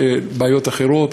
בעיות אחרות,